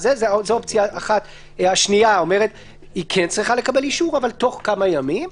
האופציה השנייה אומרת שהיא כן צריכה לקבל אישור אבל תוך כמה ימים.